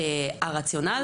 הרציונל,